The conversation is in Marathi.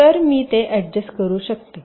तर मी ते अड्जस्ट करू शकते